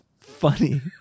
funny